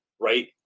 right